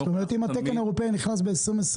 זאת אומרת שאם התקן האירופאי נכנס ב-2024,